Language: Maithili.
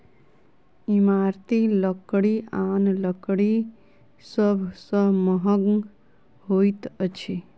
इमारती लकड़ी आन लकड़ी सभ सॅ महग होइत अछि